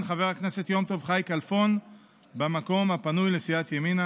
חבר הכנסת יום טוב חי כלפון במקום הפנוי לסיעת ימינה.